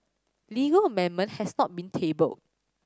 legal amendment has not been tabled